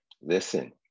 listen